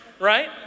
right